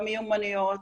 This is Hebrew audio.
במיומנויות,